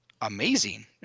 amazing